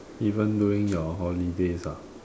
even during your holidays ah